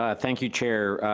ah thank you, chair,